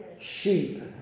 Sheep